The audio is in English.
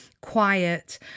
Quiet